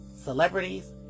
celebrities